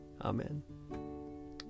Amen